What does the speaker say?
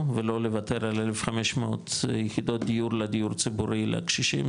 ולא לוותר על 1,500 יחידות דיור לדיור ציבורי לקשישים,